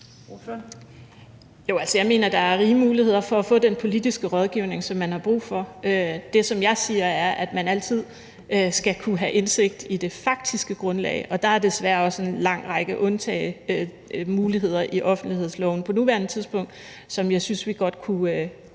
jeg mener, der er rig mulighed for at få den politiske rådgivning, som man har brug for. Det, som jeg siger, er, at man altid skal kunne have indsigt i det faktiske grundlag. Og der er desværre også en lang række undtagelsesmuligheder i offentlighedsloven på nuværende tidspunkt, som jeg synes vi godt kunne